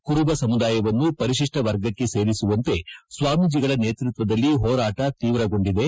ಕುರುಬ ಸಮುದಾಯವನ್ನೂ ಪರಿಶಿಪ್ಪ ವರ್ಗಕ್ಕೆ ಸೇರಿಸುವಂತೆ ಸ್ವಾಮೀಜಿಗಳ ನೇತೃತ್ವದಲ್ಲಿ ಹೋರಾಟ ತೀವ್ರಗೊಂಡಿದೆ